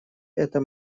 это